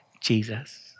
Jesus